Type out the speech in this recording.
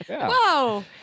Whoa